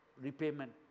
repayment